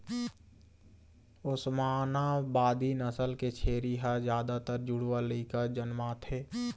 ओस्मानाबादी नसल के छेरी ह जादातर जुड़वा लइका जनमाथे